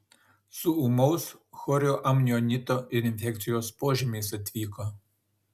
su ūmaus chorioamnionito ir infekcijos požymiais atvyko